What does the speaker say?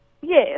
Yes